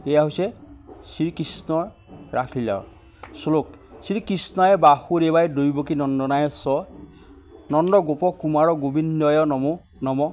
এয়া হৈছে শ্ৰীকৃষ্ণৰ ৰাসলীলা শ্লোক শ্ৰীকৃষ্ণে বাসুদেৱাই দৈৱকী নন্দনায়ে স্ব নন্দ গোপ কুমাৰৰ গোবিন্দয় নমু নমঃ